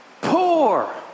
poor